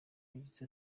yagize